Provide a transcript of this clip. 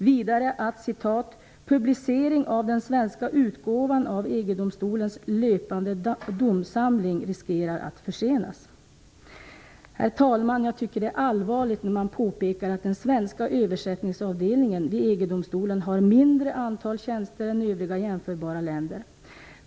Vidare skriver man att publicering av den svenska utgåvan av EG-domstolens löpande domsamling riskerar att försenas. Herr talman! Jag tycker att det är allvarligt när man påpekar att den svenska översättningsavdelningen vid EG-domstolen har ett mindre antal tjänster än övriga jämförbara länder.